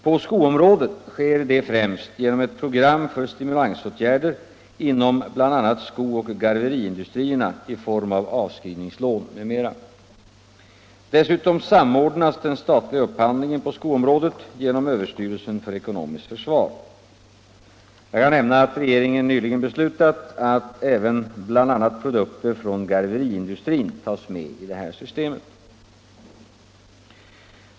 På skoområdet sker detta främst genom ett program för stimulansåtgärder inom bl.a. skooch garveriindustrierna i form av avskrivningslån m.m. Dessutom samordnas den statliga upphandlingen på skoområdet genom Överstyrelsen för ekonomiskt försvar. Jag kan nämna att regeringen nyligen beslutat att bl.a. även produkter från garveriindustrin tas med i detta system.